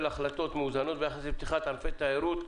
החלטות מאוזנות ביחס לפתיחת ענפי תיירות.